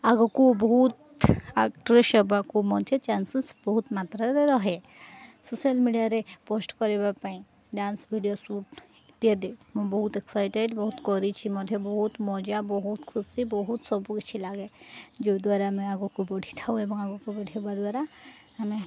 ଆଗକୁ ବହୁତ ଆକ୍ଟ୍ରେସ୍ ହେବାକୁ ମଧ୍ୟ ଚାନ୍ସେସ୍ ବହୁତ ମାତ୍ରାରେ ରହେ ସୋସିଆଲ୍ ମିଡ଼ିଆରେ ପୋଷ୍ଟ କରିବା ପାଇଁ ଡ୍ୟାନ୍ସ ଭିଡ଼ିଓ ସୁଟ୍ ଇତ୍ୟାଦି ମୁଁ ବହୁତ ଏକ୍ସାଇଟେଡ଼ ବହୁତ କରିଛି ମଧ୍ୟ ବହୁତ ମଜା ବହୁତ ଖୁସି ବହୁତ ସବୁ କିିଛି ଲାଗେ ଯୋଦ୍ୱାରା ଆମେ ଆଗକୁ ବଢ଼ିଥାଉ ଏବଂ ଆଗକୁ ବଢ଼ାଇବା ଦ୍ୱାରା ଆମେ